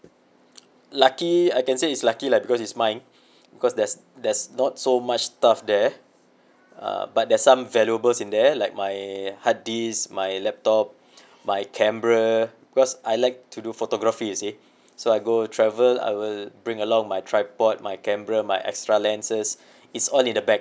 lucky I can say it's lucky lah because it's mine because there's there's not so much stuff there uh but there's some valuables in there like my hard disk my laptop my camera because I like to do photography you see so I go and travel I will bring along my tripod my camera my extra lenses it's all in the bag